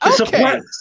Okay